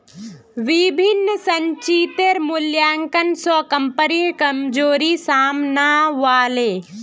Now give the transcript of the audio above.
विभिन्न संचितेर मूल्यांकन स कम्पनीर कमजोरी साम न व ले